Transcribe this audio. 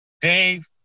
Dave